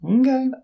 Okay